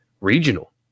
regional